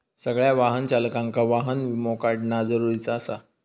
सगळ्या वाहन चालकांका वाहन विमो काढणा जरुरीचा आसा